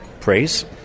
praise